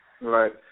Right